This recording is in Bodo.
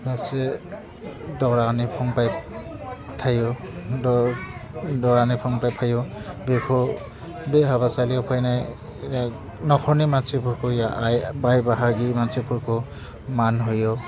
सासे दरानि फंबाय थायो दरानि फंबाय फैयो बेखौ बे हाबासालियाव फैनाय न'खरनि मानसिफोर फैययो बाय बाहागि मानसिफोरखौ मान होयो